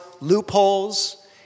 loopholes